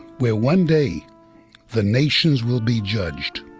where one day the nations will be judged.